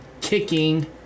kicking